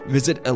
Visit